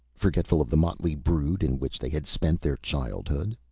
forgetful of the motley brood in which they had spent their childhood?